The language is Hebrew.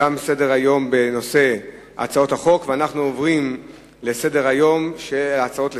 תם סדר-היום בהצעות החוק ואנחנו עוברים להצעות לסדר-היום.